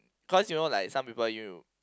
cause you know like some people you